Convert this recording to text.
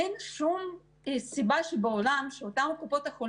אין שום סיבה שבעולם שאותן מרפאות לא